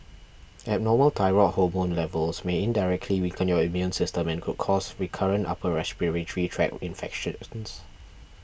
abnormal thyroid hormone levels may indirectly weaken your immune system and could cause recurrent upper respiratory tract infections